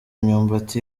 imyumbati